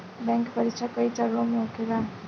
bank के परीक्षा कई चरणों में होखेला